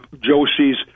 Josie's